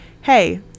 hey